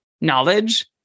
knowledge